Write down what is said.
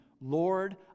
Lord